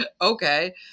okay